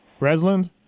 Resland